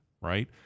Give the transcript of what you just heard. right